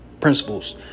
principles